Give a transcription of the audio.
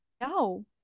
no